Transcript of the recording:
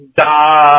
da